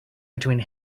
between